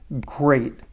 great